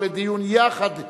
לדיון מוקדם